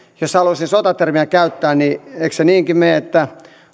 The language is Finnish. jos haluaisin sotatermiä käyttää niin eikö se niinkin mene että